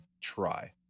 try